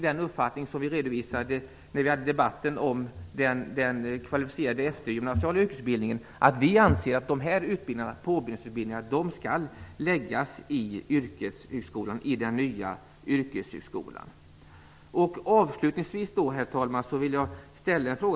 Vår uppfattning om detta redovisade vi i debatten om den kvalificerade eftergymnasiala yrkesutbildningen. Vi anser att dessa påbyggnadsutbildningar skall läggas i den nya yrkeshögskolan.